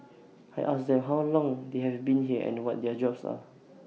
I asked them how long they have been here and what their jobs are